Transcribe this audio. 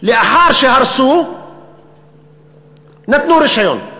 לאחר שהרסו נתנו רישיון,